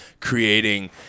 creating